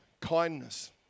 kindness